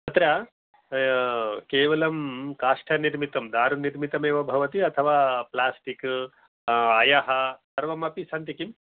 अत्र केवलं काष्ठनिर्मितं दारुनिर्मितम् एव भवति अथवा प्लास्टिक् अयः सर्वमपि सन्ति किम्